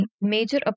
major